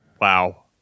Wow